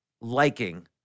Liking